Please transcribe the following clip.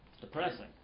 depressing